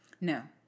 No